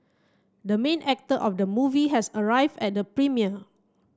the main actor of the movie has arrive at the premiere